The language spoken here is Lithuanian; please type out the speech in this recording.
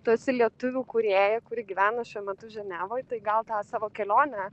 tu esi lietuvių kūrėja kuri gyvena šiuo metu ženevoj tai gal tą savo kelionę